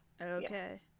Okay